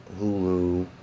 Hulu